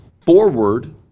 forward